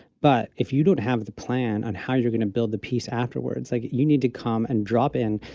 but if you don't have the plan on how you're going to build the peace afterwards, like you need to come and drop in,